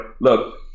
Look